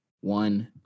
One